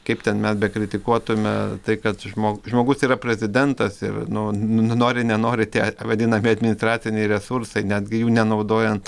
kaip ten mes bekritikuotume tai kad žmog žmogus yra prezidentas ir nu no nori nenori tie vadinami administraciniai resursai netgi jų nenaudojant